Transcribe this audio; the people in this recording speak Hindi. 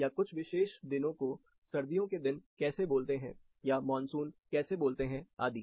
या कुछ विशेष दिनों को सर्दियों के दिन कैसे बोलते हैं या मॉनसून कैसे बोलते हैं आदि